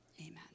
Amen